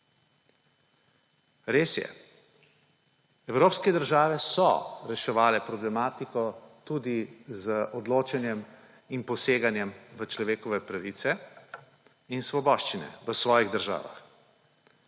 Res je, evropske države so reševale problematiko tudi z odločanjem in poseganjem v človekove pravice in svoboščine v svojih državah.